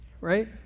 right